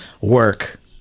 Work